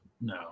no